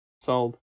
Sold